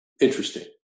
Interesting